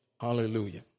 Hallelujah